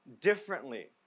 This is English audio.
differently